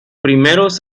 primeros